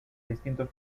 distintos